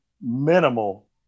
minimal